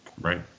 Right